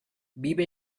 vive